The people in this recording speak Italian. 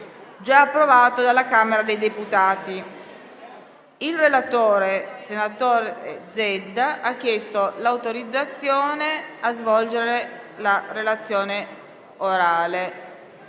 senatore Zedda, ha chiesto l'autorizzazione a svolgere la relazione orale.